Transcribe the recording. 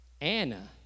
Anna